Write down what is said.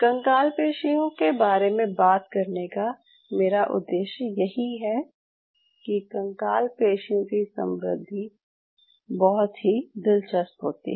कंकाल पेशियों के बारे में बात करने का मेरा उद्देश्य यही है कि कंकाल पेशियों की संवृद्धि बहुत ही दिलचस्प होती है